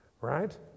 Right